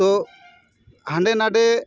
ᱛᱚ ᱦᱟᱸᱰᱮ ᱱᱟᱸᱰᱮ